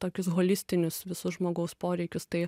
tokius holistinius visus žmogaus poreikius tai